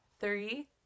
Three